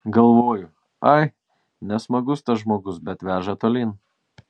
galvoju ai nesmagus tas žmogus bet veža tolyn